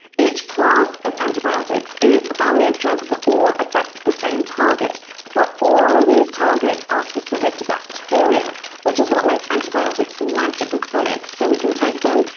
each class of antibiotics is a family of drugs that all affect the same target but all of these targets are specific to bacteria which is what makes antibiotics magic bullets so we can take them,